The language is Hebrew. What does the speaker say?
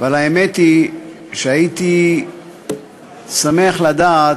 אבל האמת היא שהייתי שמח לדעת,